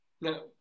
No